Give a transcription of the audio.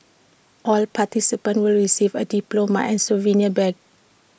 all participants will receive A diploma and souvenir badge